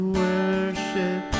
worship